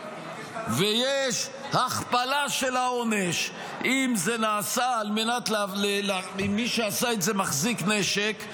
ויש הכפלה של העונש אם מי שעשה את זה מחזיק נשק,